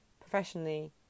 professionally